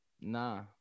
Nah